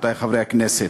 רבותי חברי הכנסת,